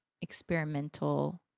experimental